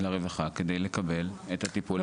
לרווחה כדי לקבל את הטיפול המיידי.